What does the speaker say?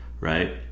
right